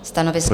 Stanovisko?